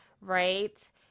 right